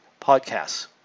podcasts